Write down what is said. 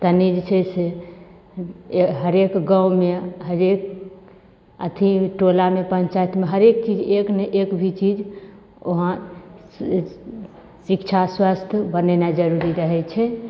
तनी जे छै से हरेक गाँवमे हरेक अथी टोलामे पञ्चायतमे हरेक चीज एक नहि एक भी चीज वहाँ शिक्षा स्वास्थय बनेनाइ जरूरी रहैत छै